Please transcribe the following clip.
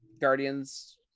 Guardians